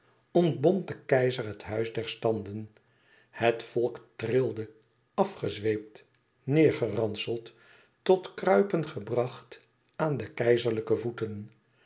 ontbond de keizer het huis der standen het volk trilde afgezweept neêrgeranseld tot kruipen gebracht aan de keizerlijke voeten